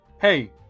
Hey